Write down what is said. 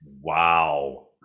Wow